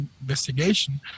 investigation